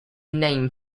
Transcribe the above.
name